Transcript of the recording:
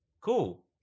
Cool